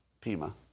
Pima